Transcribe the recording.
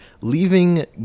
leaving